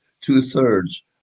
two-thirds